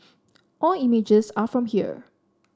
all images are from here